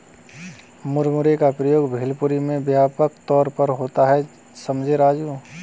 मुरमुरे का प्रयोग भेलपुरी में व्यापक तौर पर होता है समझे राजू